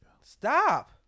Stop